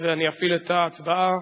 ואני אפעיל את ההצבעה.